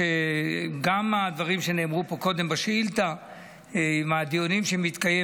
גם הדברים שנאמרו פה קודם בשאילתה וגם בדיונים שמתקיימים